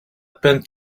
peine